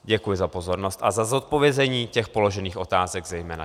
Děkuji za pozornost a za zodpovězení těch položených otázek zejména.